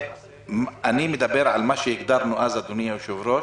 אני מדבר על מה שהגדרנו אז, אדוני היושב-ראש,